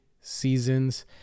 seasons